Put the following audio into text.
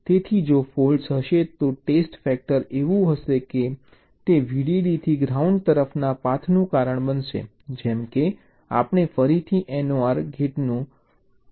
તેથી જો ફૉલ્ટ્ હશે તો ટેસ્ટ ફેક્ટર એવું હશે કે તે VDD થી ગ્રાઉન્ડ તરફના પાથનું કારણ બનશે જેમ કે આપણે ફરીથી NOR ગેટનું ઉદાહરણ લઈએ છીએ